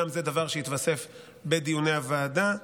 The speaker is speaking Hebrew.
גם זה דבר שהתווסף בדיוני הוועדה.